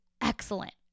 excellent